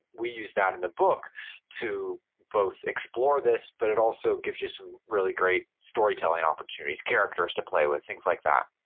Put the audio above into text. we use that in the book to both explore this, but it also gives you some really great storytelling opportunities, characters to play with, things like that.